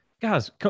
guys